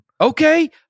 Okay